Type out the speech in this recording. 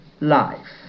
life